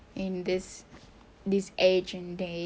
in this age and day